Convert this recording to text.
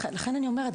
לכן אני אומרת,